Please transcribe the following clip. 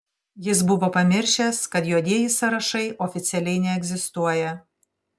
jis buvo pamiršęs kad juodieji sąrašai oficialiai neegzistuoja